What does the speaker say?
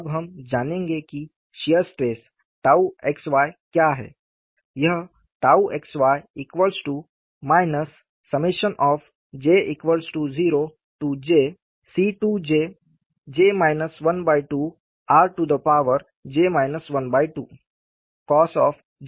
अब हम जानेंगे कि शियर स्ट्रेस xy क्या है